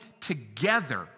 together